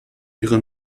ihre